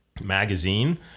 magazine